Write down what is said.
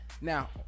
Now